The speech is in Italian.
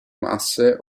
masse